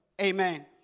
Amen